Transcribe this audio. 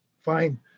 Fine